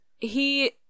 He-